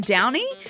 Downey